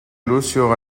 lucio